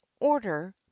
order